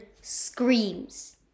screams